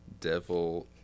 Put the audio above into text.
Devil